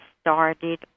started